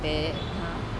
(uh huh)